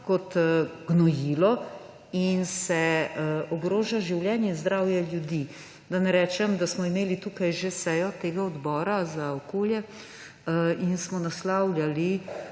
kot gnojilo in se ogroža življenje in zdravje ljudi. Da ne rečem, da smo tukaj imeli že sejo Odbora za okolje in smo naslavljali